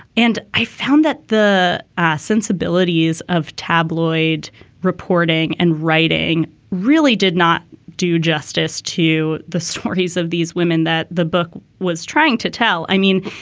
and i found that the ah sensibilities of tabloid reporting and writing really did not do justice to the stories of these women that the book was trying to tell. i mean,